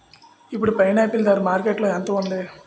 ఇప్పుడు పైనాపిల్ ధర మార్కెట్లో ఎంత ఉంది?